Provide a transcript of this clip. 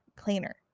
Cleaner